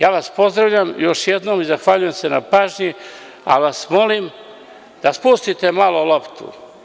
Ja vas pozdravljam još jednom i zahvaljujem se na pažnji, ali vas molim da spustite malo loptu.